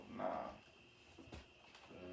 nah